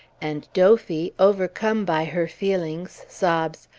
and dophy, overcome by her feelings, sobs,